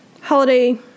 Holiday